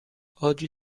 oggi